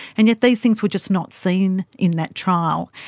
and yet these things were just not seen in that trial.